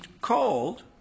called